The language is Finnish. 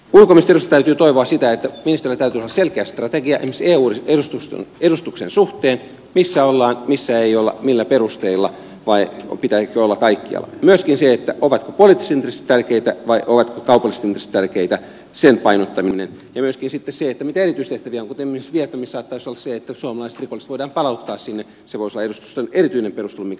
ulkoministeriöstä täytyy sanoa että ministeriöllä täytyy olla selkeä strategia esimerkiksi eu edustuksen suhteen missä ollaan missä ei olla millä perusteilla vai pitääkö olla kaikkialla ja myöskin sen painottamisen suhteen ovatko poliittiset intressit tärkeitä vai ovatko kaupalliset intressit tärkeitä ja myöskin sitten sen mitä erityistehtäviä on kuten esimerkiksi vietnamissa saattaisi olla se että suomalaiset rikolliset voidaan palauttaa sinne se voisi olla edustuston erityinen perustelu minkä takia siellä pitää olla